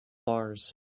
bars